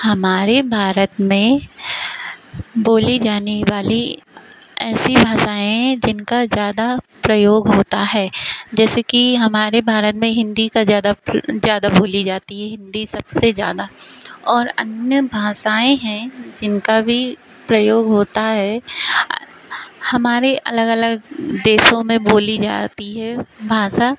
हमारे भारत में बोली जाने वाली ऐसी भाषाएं जिनका ज़्यादा प्रयोग होता है जैसे कि हमारे भारत में हिन्दी का ज़्यादा ज़्यादा बोली जाती है हिन्दी सबसे ज़्यादा और अन्य भाषाएं हैं जिनका भी प्रयोग होता है हमारे अलग अलग देशों में बोली जाती है भाषा